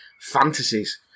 fantasies